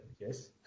yes